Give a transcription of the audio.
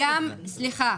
סליחה.